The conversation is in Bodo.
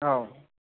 औ